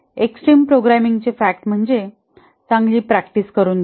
extreme प्रोग्रामिंगचे fact म्हणजेच चांगली प्रॅक्टिस करून घेणे